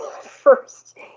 first